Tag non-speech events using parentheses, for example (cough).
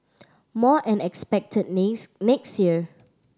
more are expected (unintelligible) next year